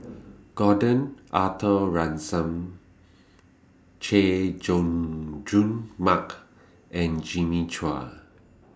Gordon Arthur Ransome Chay Jung Jun Mark and Jimmy Chua